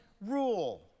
rule